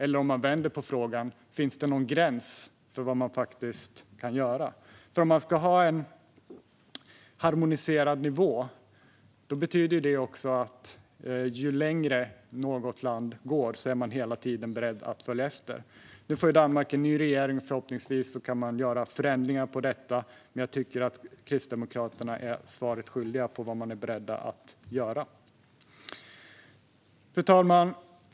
Jag kan vända på frågan: Finns det någon gräns för vad man faktiskt kan göra? Om man ska ha en harmoniserad nivå betyder det också att om ett land vill gå längre är man hela tiden beredd att följa efter. Nu får Danmark en ny regering. Förhoppningsvis kan förändringar göras i detta. Men jag tycker att Kristdemokraterna är svaret skyldiga när det gäller vad de är beredda att göra. Fru talman!